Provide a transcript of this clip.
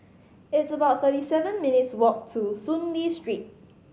it's about thirty seven minutes' walk to Soon Lee Street